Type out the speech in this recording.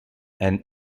and